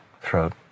throat